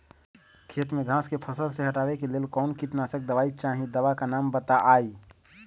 खेत में घास के फसल से हटावे के लेल कौन किटनाशक दवाई चाहि दवा का नाम बताआई?